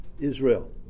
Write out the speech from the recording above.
Israel